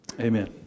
Amen